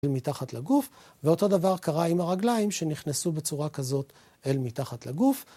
מתחת לגוף, ואותו דבר קרה עם הרגליים שנכנסו בצורה כזאת אל מתחת לגוף.